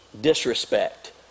disrespect